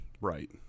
Right